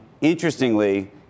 interestingly